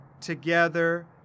together